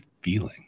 feeling